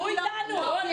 תשבו איתנו.